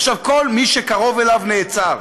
ועכשיו כל מי שקרוב אליו נעצר.